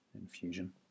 infusion